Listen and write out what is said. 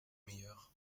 meilleur